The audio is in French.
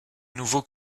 nouveau